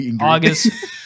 August